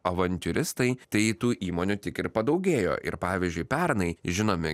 avantiūristai tai tų įmonių tik ir padaugėjo ir pavyzdžiui pernai žinome